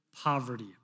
poverty